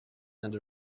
and